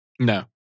No